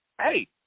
Hey